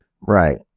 Right